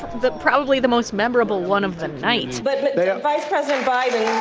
the probably the most memorable one of the night but vice president biden.